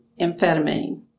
amphetamine